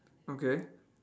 okay